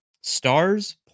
stars